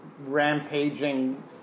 rampaging